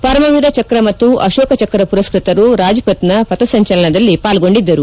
ಪರಮವೀರ ಚಕ್ರ ಮತ್ತು ಅಶೋಕ ಚಕ್ರ ಮರಸ್ವತರು ರಾಜ್ಪಥ್ನ ಪಥ ಸಂಚಲನದಲ್ಲಿ ಪಾಲ್ಗೊಂಡಿದ್ದರು